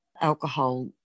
alcohol